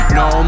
no